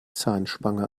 zahnspange